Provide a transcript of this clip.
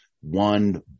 One